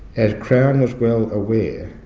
as crown was well aware,